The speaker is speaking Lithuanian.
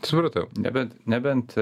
supratau nebent nebent